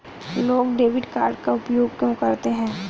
लोग debit card का उपयोग क्यों करते हैं?